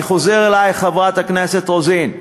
אני חוזר אלייך, חברת הכנסת רוזין.